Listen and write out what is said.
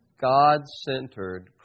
God-centered